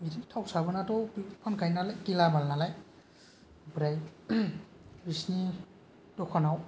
बिदिनो थाव साबोनाथ' फानखायोनालाय गेलामाल नालाय ओमफ्राय बिसिनि दखानाव